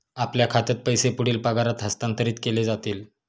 आपल्या खात्यात पैसे पुढील पगारात हस्तांतरित केले जातील